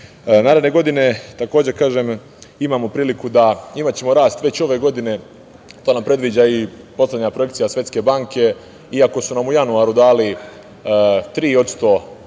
takođe kažem, imaćemo priliku da, imaćemo rast da već ove godine, a to nam predviđa i poslednja projekcija Svetske banke, iako su nam u januaru dali 3 posto